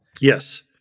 Yes